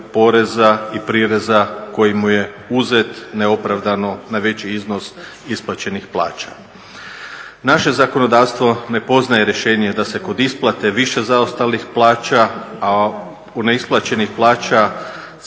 poreza i prireza koji mu je uzet neopravdano na veći iznos isplaćenih plaća. Naše zakonodavstvo ne poznaje rješenje da se kod isplate više zaostalih plaća, a neisplaćena plaća